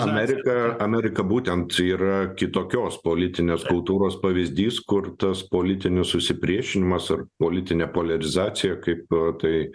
amerika amerika būtent yra kitokios politinės kultūros pavyzdys kur tas politinis susipriešinimas ar politinė poliarizacija kaip tai